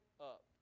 up